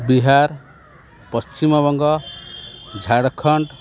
Bihar Paschimbanga Jharkhand